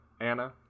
Anna